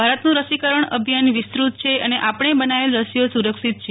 ભારતનું રસીકરણ અભિયાન વિસ્તૃત છે અને આપણે બનાવેલ રસીઓ સુરક્ષિત છે